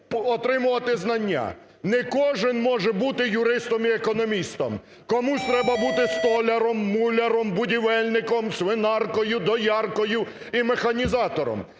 отримувати знання? Не кожний може бути юристом і економістом, комусь треба бути столяром, муляром, будівельником, свинаркою, дояркою і механізатором.